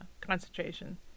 Concentration